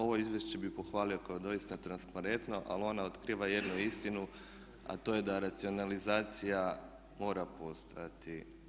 Ovo izvješće bih pohvalio kao doista transparentno ali ono otkriva jednu istinu, a to je da racionalizacija mora postojati.